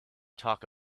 talk